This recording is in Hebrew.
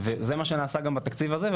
וזה מה שנעשה גם בתקציב הזה,